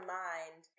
mind